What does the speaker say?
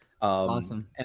Awesome